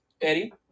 eddie